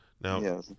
now